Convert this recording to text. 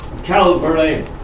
Calvary